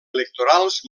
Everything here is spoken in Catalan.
electorals